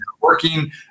working